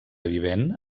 vivent